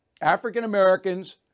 African-Americans